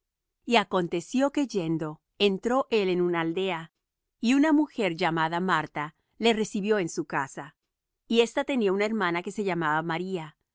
y aconteció que yendo entró él en una aldea y una mujer llamada marta le recibió en su casa y ésta tenía una hermana que se llamaba maría